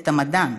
המדען: